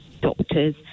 doctors